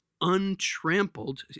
untrampled